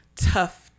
tough